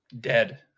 dead